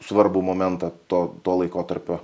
svarbų momentą to to laikotarpio